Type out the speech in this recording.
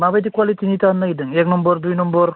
माबायदि कुवालिटिनि इथा होनो नागिरदों एक नम्बर दुइ नम्बर